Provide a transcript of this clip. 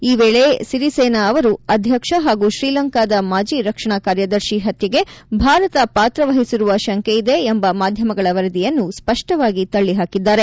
ಈ ವೇಳೆ ಸಿರಿಸೇನಾ ಅವರು ಅಧ್ಯಕ್ಷ ಹಾಗೂ ಶ್ರೀಲಂಕಾದ ಮಾಜಿ ರಕ್ಷಣಾ ಕಾರ್ಯದರ್ಶಿ ಹತ್ಯೆಗೆ ಭಾರತ ಪಾತ್ರವಹಿಸಿರುವ ಶಂಕೆಯಿದೆ ಎಂಬ ಮಾಧ್ಯಮಗಳ ವರದಿಯನ್ನು ಸ್ಪಷ್ಟವಾಗಿ ತಳ್ಳಿ ಹಾಕಿದ್ದಾರೆ